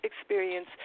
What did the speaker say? experience